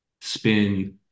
spin